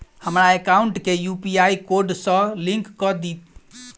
हमरा एकाउंट केँ UPI code सअ लिंक कऽ दिऽ?